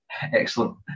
Excellent